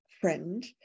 friend